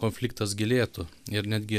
konfliktas gilėtų ir netgi